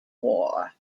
war